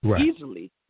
Easily